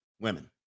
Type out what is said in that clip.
women